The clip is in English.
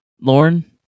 Lauren